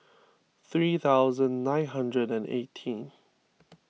three thousand nine hundred eighteen